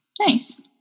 Nice